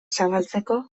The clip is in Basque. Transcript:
zabaltzeko